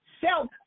self